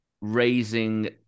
raising